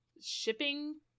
shipping